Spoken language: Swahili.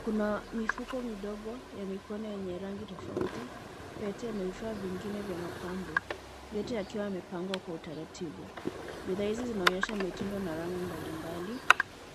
Kuna mifuko midogo ya mikono yenye rangi tofauti, pete na vifaa vingine vya mapambo, yote yakiwa yamepangwa kwa utaratibu. Bidhaa hizi zinaonyesha mitindo na rangi mbalimbali.